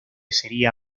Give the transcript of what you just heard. sería